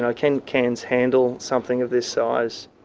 and can cairns handle something of this size.